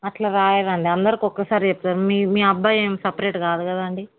అట్లా రాయరండి అందరికి ఒక్కసారే చెప్తారు మీ మీ అబ్బాయి ఏం సపరేట్ కాదు కదండి